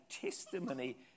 testimony